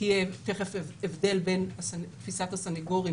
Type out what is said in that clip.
יהיה הבדל בין תפיסת הסנגורים